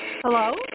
Hello